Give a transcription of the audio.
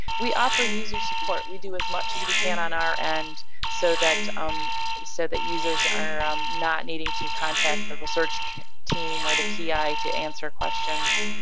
we offer user support. we do as much as we can on our and so that um so that users are um not needing to contact the research team or the pi to answer questions.